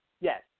Yes